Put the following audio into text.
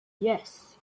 yes